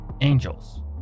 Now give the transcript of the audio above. angels